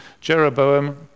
Jeroboam